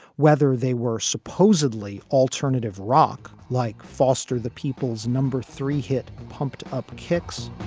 whether they were supposedly alternative rock like foster, the people's number three hit pumped up kicks